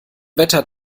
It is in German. wetter